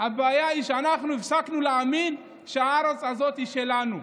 הבעיה היא שאנחנו הפסקנו להאמין שהארץ הזאת שלנו.